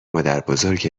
مادربزرگ